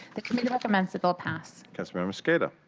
the committee recommends the bill pass. council member mosqueda.